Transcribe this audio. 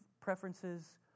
preferences